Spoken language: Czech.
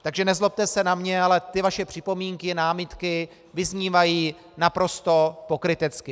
Takže nezlobte se na mě, ale ty vaše připomínky a námitky vyznívají naprosto pokrytecky.